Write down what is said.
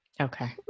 okay